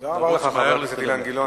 תודה רבה לחבר הכנסת אילן גילאון.